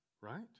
Right